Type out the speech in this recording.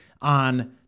on